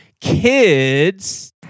kids